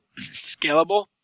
scalable